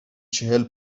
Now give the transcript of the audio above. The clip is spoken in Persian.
چهل